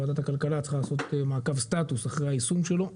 ועדת הכלכלה צריכה לעשות מעקב סטטוס אחרי היישום שלו.